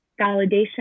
validation